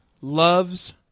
loves